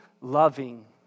loving